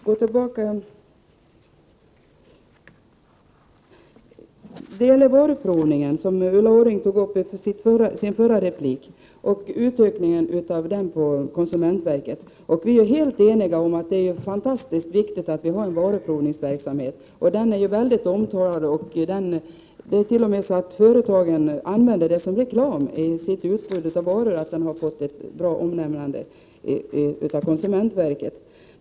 Herr talman! I sin förra replik tog Ulla Orring upp frågan om den utökade varuprovningen på konsumentverket. Vi är helt ense om att det är oerhört viktigt med en varuprovningsverksamhet. Den är mycket omtalad. I sin reklam för en vara säger t.o.m. företagen att varan har fått ett bra omnämnande av konsumentverket.